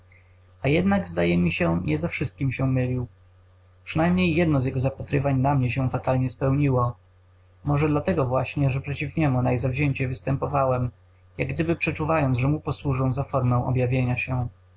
a jednak zdaje mi się nie ze wszystkiem się mylił przynajmniej jedno z jego zapatrywań na mnie się fatalnie spełniło może dlatego właśnie że przeciw niemu najzawzięciej występowałem jakgdyby przeczuwając że mu posłużę za formę objawienia się